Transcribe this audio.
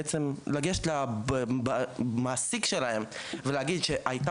נער שמעז לגשת למעסיק שלו ולהגיד: ״הייתה